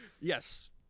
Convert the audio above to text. Yes